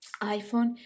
iphone